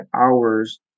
hours